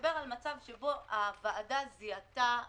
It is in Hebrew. מדבר על מצב שהוועדה זיהתה עמותה,